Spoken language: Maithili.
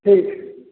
ठीक छै